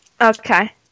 okay